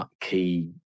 key